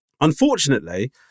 Unfortunately